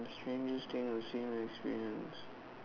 strangest thing I've seen or experienced